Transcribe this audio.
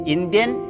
Indian